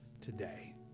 today